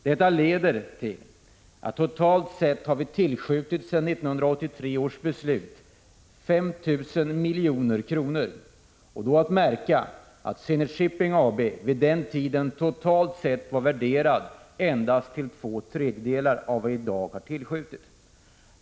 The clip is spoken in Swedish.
Detta innebär att det sedan 1983 års beslut har tillskjutits totalt sett 5 000 milj.kr. — och då är att märka att Zenit Shipping AB vid den tiden var värderat endast till två tredjedelar av vad som i dag har tillskjutits.